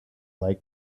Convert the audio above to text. like